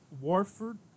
Warford